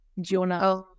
Jonah